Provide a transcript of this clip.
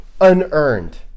unearned